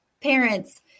parents